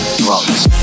drugs